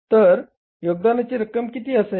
तर योगदानाची रक्कम किती असेल